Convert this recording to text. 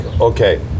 okay